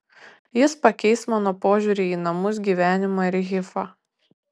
jis pakeis mano požiūrį į namus gyvenimą ir hifą